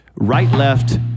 right-left